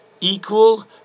equal